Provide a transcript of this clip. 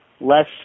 less